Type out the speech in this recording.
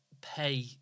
pay